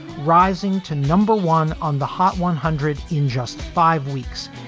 rising to number one on the hot one hundred in just five weeks,